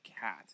cat